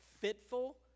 fitful